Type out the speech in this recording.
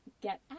get